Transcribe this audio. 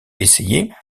essayer